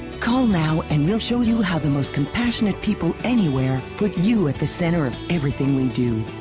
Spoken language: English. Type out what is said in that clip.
call now and we'll show you how the most compassionate people anywhere put you at the center of everything we do.